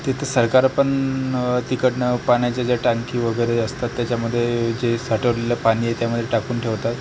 तिथं सरकार पण तिकडनं पाण्याच्या ज्या टाकी वगैरे असतात त्याच्यामध्ये जे साठवलेलं पाणी आहे त्यामध्ये टाकून ठेवतात